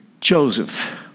Joseph